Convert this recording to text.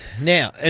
Now